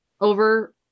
over